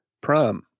Prom